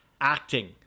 acting